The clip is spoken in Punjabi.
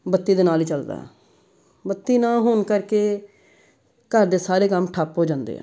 ਬੱਤੀ ਦੇ ਨਾਲ ਹੀ ਚੱਲਦਾ ਬੱਤੀ ਨਾ ਹੋਣ ਕਰਕੇ ਘਰ ਦੇ ਸਾਰੇ ਕੰਮ ਠੱਪ ਹੋ ਜਾਂਦੇ ਆ